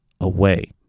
away